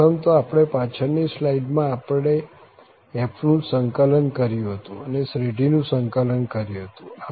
પ્રથમ તો આપણે પાછળ ની સ્લાઇડ માં આપણે f નું સંકલન કર્યું હતું અને શ્રેઢીનું સંકલન કર્યું હતું